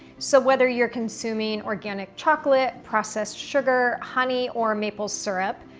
so whether you're consuming organic chocolate, processed sugar, honey, or maple syrup,